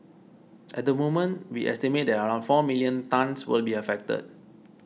at the moment we estimate that around four million tonnes will be affected